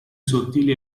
sottili